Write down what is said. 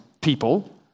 people